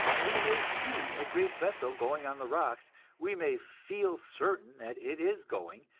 we may see a great vessel going on the rocks we may feel certain that it is going,